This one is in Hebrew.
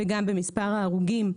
וגם במספר ההרוגים.